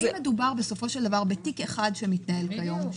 אבל אם מדובר בסופו של דבר בתיק אחד שמתנהל כיום,